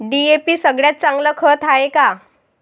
DAP सगळ्यात चांगलं खत हाये का?